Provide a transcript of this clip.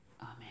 Amen